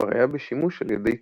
וכבר היה בשימוש על ידי קורו,